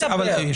מאוד עמומה.